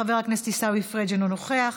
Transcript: חבר הכנסת עיסאווי פריג' אינו נוכח,